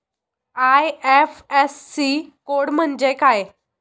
IFSC code म्हणजे काय?